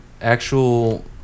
actual